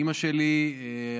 אימא שלי אריאלה,